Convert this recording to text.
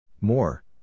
More